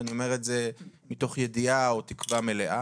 ואני אומר את זה מתוך ידיעה או תקווה מלאה.